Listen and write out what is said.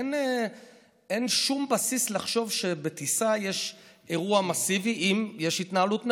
ואין שום בסיס לחשוב שבטיסה יש אירוע מסיבי אם יש התנהלות נכונה.